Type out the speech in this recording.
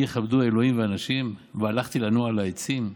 יכבדו ה' ואנשים והלכתי לנוע על העצים.